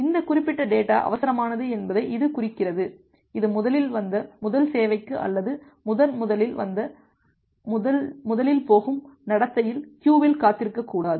இந்த குறிப்பிட்ட டேட்டா அவசரமானது என்பதை இது குறிக்கிறது இது முதலில் வந்த முதல் சேவைக்கு அல்லது முதல் முதலில் வந்து முதலில் போகும் நடத்தையில் க்கியுவில் காத்திருக்கக்கூடாது